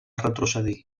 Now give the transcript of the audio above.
retrocedir